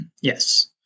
Yes